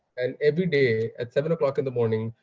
and every day at seven o'clock in the morning,